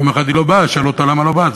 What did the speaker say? יום אחד היא לא באה, אז שאלו אותה: למה לא באת?